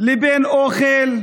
לבין אוכל,